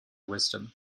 wisdom